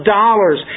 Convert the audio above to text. dollars